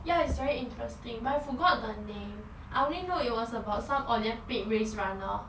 ya it's very interesting but I forgot the name I only know it was about some olympic race runner